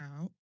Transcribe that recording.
out